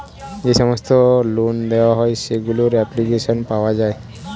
যে সমস্ত লোন দেওয়া হয় সেগুলোর অ্যাপ্লিকেশন পাওয়া যায়